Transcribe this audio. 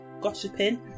gossiping